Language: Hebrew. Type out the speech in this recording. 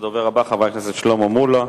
הדובר הבא, חבר הכנסת שלמה מולה,